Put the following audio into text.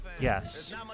yes